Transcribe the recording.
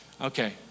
Okay